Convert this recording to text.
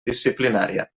disciplinària